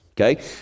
Okay